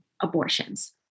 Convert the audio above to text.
abortions